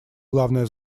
главная